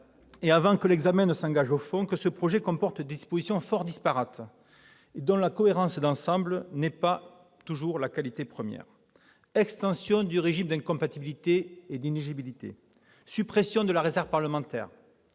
et avant que l'examen ne s'engage au fond, ce projet comporte des dispositions fort disparates, dont la cohérence d'ensemble n'est pas la première qualité. Extension du régime d'inéligibilité et d'incompatibilités, suppression de la réserve parlementaire,